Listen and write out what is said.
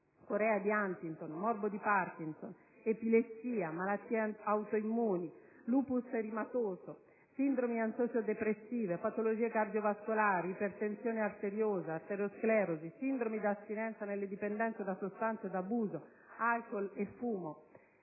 corea di Huntington, morbo di Parkinson); epilessia; malattie autoimmuni (lupus eritematoso); sindromi ansioso-depressive; patologie cardiovascolari (ipertensione arteriosa, aterosclerosi); sindromi da astinenza nelle dipendenze da sostanze da abuso (alcool e fumo).